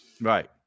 Right